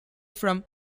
from